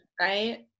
Right